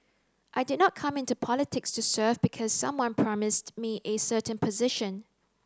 I did not come into politics to serve because someone promised me a certain position